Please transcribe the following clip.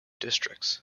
districts